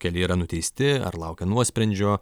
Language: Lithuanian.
keli yra nuteisti ar laukia nuosprendžio